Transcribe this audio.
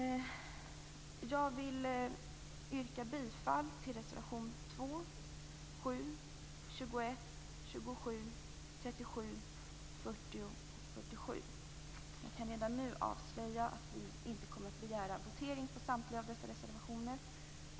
Jag vill yrka bifall till reservationerna 2, 7, 21, 27, 37, 40 och 47. Jag kan redan nu avslöja att vi inte kommer att begära votering på samtliga av dessa reservationer.